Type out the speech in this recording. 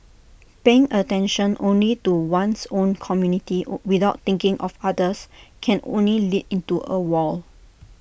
paying attention only to one's own community on without thinking of others can only lead into A wall